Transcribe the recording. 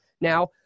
Now